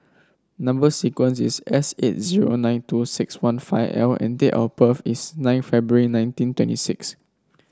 number sequence is S eight zero nine two six one five L and date of birth is nine February nineteen twenty six